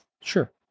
Sure